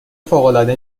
فوقالعاده